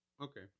Okay